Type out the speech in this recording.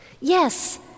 Yes